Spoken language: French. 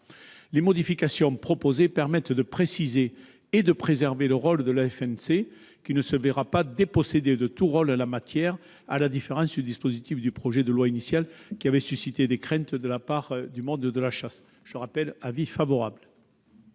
Les modifications proposées permettent de préciser et de préserver le rôle de la FNC, qui ne se verra pas dépossédée de tout rôle en la matière, à la différence du dispositif du projet de loi initial, qui avait suscité des craintes de la part du monde de la chasse. La commission est donc favorable